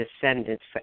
descendants